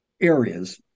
areas